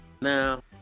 Now